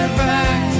back